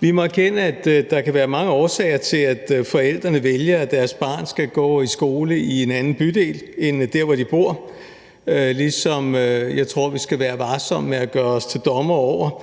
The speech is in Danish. Vi må erkende, at der kan være mange årsager til, at forældrene vælger, at deres barn skal gå i skole i en anden bydel end der, hvor de bor, ligesom jeg tror, at vi skal være varsomme med at gøre os til dommere over